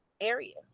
area